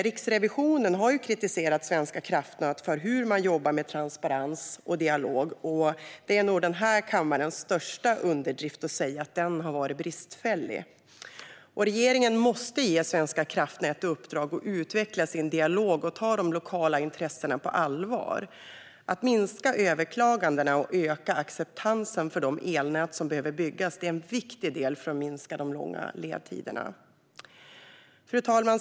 Riksrevisionen har kritiserat Svenska kraftnät för hur man jobbar med transparens och dialog. Det är nog den här kammarens största underdrift att säga att den har varit bristfällig. Regeringen måste ge Svenska kraftnät i uppdrag att utveckla sin dialog och ta de lokala intressena på allvar. Att minska antalet överklaganden och öka acceptansen för de elnät som behöver byggas är en viktig del i att minska de långa ledtiderna. Fru talman!